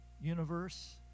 universe